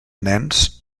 nens